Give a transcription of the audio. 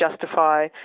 justify